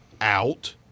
out